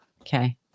Okay